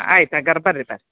ಆಯ್ತು ಹಾಗಾರ್ ಬನ್ರಿ ಸರ್